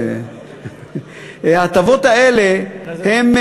ההטבות האלה הן,